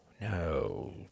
No